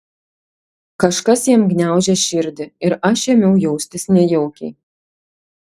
kažkas jam gniaužė širdį ir aš ėmiau jaustis nejaukiai